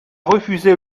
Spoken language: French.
refusé